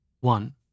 One